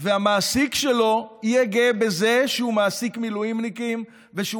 המעסיק שלו יהיה גאה בזה שהוא מעסיק מילואימניקים והוא